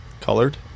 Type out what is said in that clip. Colored